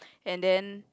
and then